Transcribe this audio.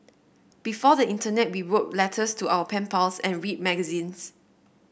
before the internet we wrote letters to our pen pals and read magazines